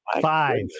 Five